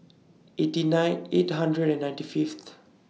eighty nine eight hundred and ninety Fifth